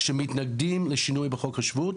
שמתנגדים לשינוי בחוק השבות,